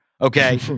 Okay